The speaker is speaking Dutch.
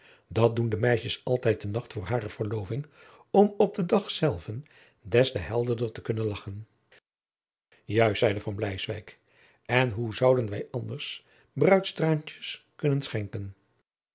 dat doen de meisjens altijd de nacht voor hare verloving om op den dag zelven des te helderder te kunnen lagchen jacob van lennep de pleegzoon juist zeide van bleiswyk en hoe zouden wij anders bruidstraantjens kunnen schenken